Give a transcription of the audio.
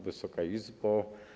Wysoka Izbo!